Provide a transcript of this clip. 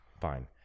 Fine